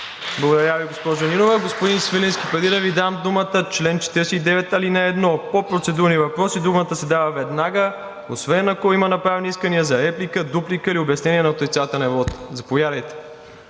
Благодаря Ви, госпожо Нинова. Господин Свиленски, преди да Ви дам думата. Член 49, ал. 1: „По процедурни въпроси думата се дава веднага, освен ако има направени искания за реплика, дуплика или за обяснение на отрицателен вот.“ Заповядайте.